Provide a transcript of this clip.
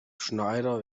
schneider